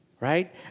right